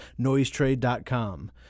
noisetrade.com